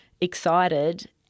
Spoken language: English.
excited